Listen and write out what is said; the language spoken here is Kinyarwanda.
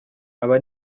aba